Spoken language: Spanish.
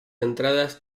entradas